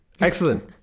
excellent